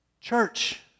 Church